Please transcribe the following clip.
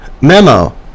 memo